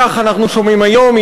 כך אנחנו שומעים היום,